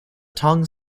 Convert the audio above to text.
tongue